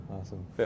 awesome